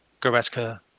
Goretzka